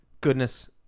goodness